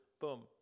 boom